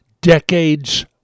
decades